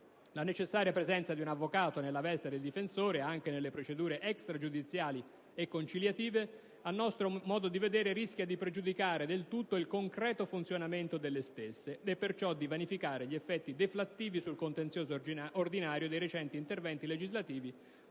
La necessaria presenza di un avvocato nella veste del difensore, anche nelle procedure extragiudiziali e conciliative, a nostro modo di vedere, rischia di pregiudicare del tutto il concreto funzionamento delle stesse e perciò dì vanificare gli effetti deflattivi sul contenzioso ordinario dei recenti interventi legislativi